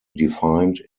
defined